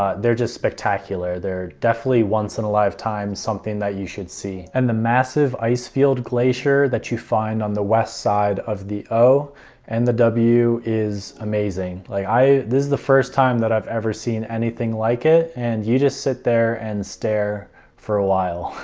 ah they're just spectacular. they're definitely once-in-a-lifetime, something that you should see. and the massive ice field glacier that you find on the west side of the o and the w is amazing. this is the first time that i've ever seen anything like it and you just sit there and stare for a while.